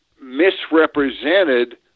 misrepresented